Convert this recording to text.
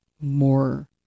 more